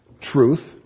truth